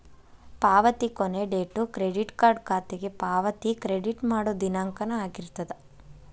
ಪಾವತಿ ಕೊನಿ date credit card ಖಾತೆಗೆ ಪಾವತಿ ಕ್ರೆಡಿಟ್ ಮಾಡೋ ದಿನಾಂಕನ ಆಗಿರ್ತದ